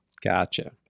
Gotcha